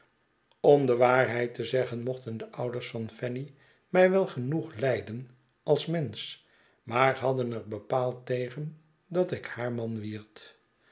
om de waarheid te zeggen mochten de ouders van fanny mij wel genoeg lijden als mensch maar hadden er bepaald tegen dat ik haar man wierd